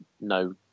no